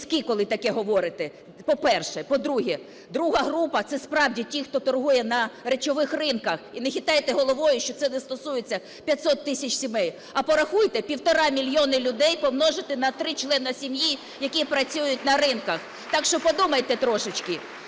коли таке говорите. По-перше. По-друге, друга група - це справді ті, хто торгує на речових ринках. І не хитайте головою, що це не стосується 500 тисяч сімей. А порахуйте, півтора мільйони людей помножити на 3 члени сім'ї, які працюють на ринках. Так що подумайте трошечки.